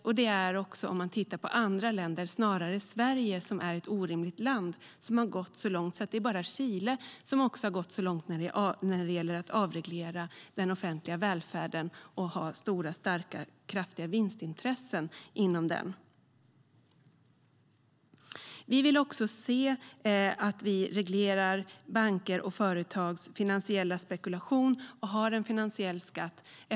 Om man jämför med andra länder är det snarare Sverige som är ett orimligt land. Det är bara Chile som också gått så långt när det gäller att avreglera den offentliga välfärden och ha stora starka kraftiga vinstintressen inom den. Vi vill också reglera bankers och företags finansiella spekulation och ha en finansiell skatt.